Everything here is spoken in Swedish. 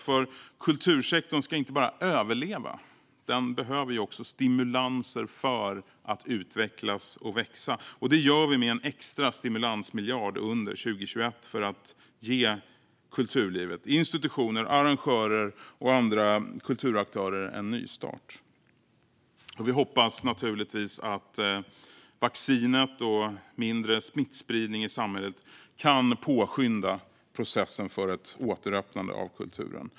För kultursektorn ska inte bara överleva; den behöver också stimulanser för att utvecklas och växa. Detta ser vi till med en extra stimulansmiljard under 2021 för att ge kulturlivet - institutioner, arrangörer och andra kulturaktörer - en nystart. Vi hoppas naturligtvis att vaccinet och en mindre smittspridning i samhället kan påskynda processen för ett återöppnande av kulturen.